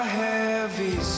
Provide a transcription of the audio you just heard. heavy